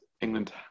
England